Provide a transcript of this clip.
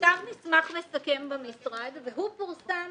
נכתב מסמך מסכם במשרד, והוא פורסם